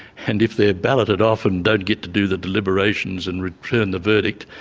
and if they're balloted off and don't get to do the deliberations and return the verdict,